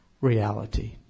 reality